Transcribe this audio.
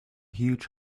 huge